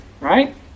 Right